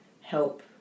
help